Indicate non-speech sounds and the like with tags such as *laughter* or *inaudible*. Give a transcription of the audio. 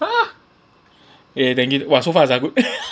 !huh! eh thank you !wah! so fast ah good *laughs*